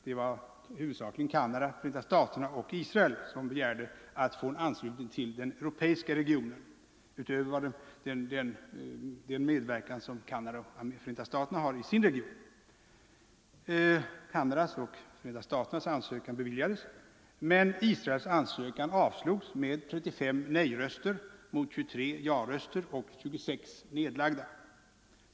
Det var främst Canada, USA och Israel som begärde att få ansluta sig till den europeiska regionen, utöver den medverkan som Canada och Förenta staterna har i sin region. Canadas och Förenta staternas ansökan beviljades, men Israels ansökan avslogs med 35 nej-röster mot 23 ja-röster och 26 nedlagda.